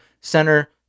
center